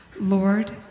Lord